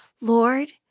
Lord